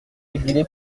régulé